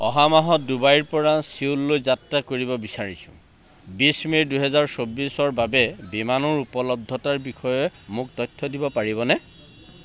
অহা মাহত ডুবাইৰপৰা ছিউললৈ যাত্ৰা কৰিব বিচাৰিছোঁ বিছ মে দুহেজাৰ চৌবিছৰ বাবে বিমানৰ উপলব্ধতাৰ বিষয়ে মোক তথ্য দিব পাৰিবনে